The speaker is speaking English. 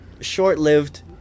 short-lived